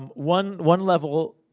um one one level,